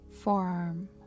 forearm